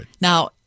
Now